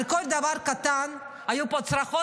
על כל דבר קטן היו פה צרחות,